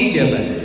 given